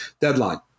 deadline